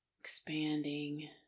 expanding